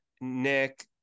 Nick